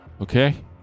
Okay